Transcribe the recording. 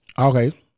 Okay